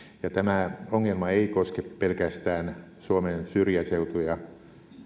ja tämä ongelma ei koske pelkästään suomen syrjäseutuja